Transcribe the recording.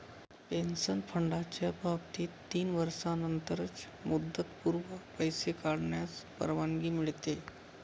pension फंडाच्या बाबतीत तीन वर्षांनंतरच मुदतपूर्व पैसे काढण्यास परवानगी मिळते